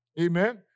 Amen